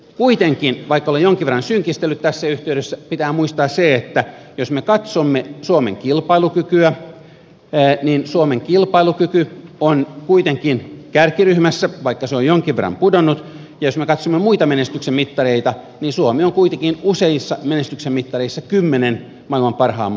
kuitenkin vaikka olen jonkin verran synkistellyt tässä yhteydessä pitää muistaa se että jos me katsomme suomen kilpailukykyä niin suomen kilpailukyky on kuitenkin kärkiryhmässä vaikka se on jonkin verran pudonnut ja jos me katsomme muita menestyksen mittareita niin suomi on kuitenkin useissa menestyksen mittareissa maailman kymmenen parhaan maan joukossa